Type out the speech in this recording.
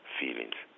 feelings